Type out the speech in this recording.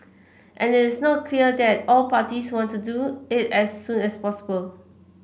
and it is not clear that all parties want to do it as soon as possible